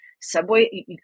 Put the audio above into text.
Subway